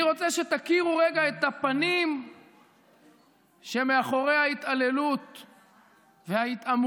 אני רוצה שתכירו רגע את הפנים שמאחורי ההתעללות וההתעמרות,